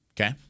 Okay